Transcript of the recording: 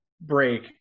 break